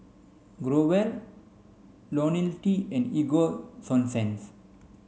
Growell lonil T and Ego sunsense